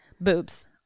boobs